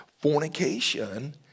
Fornication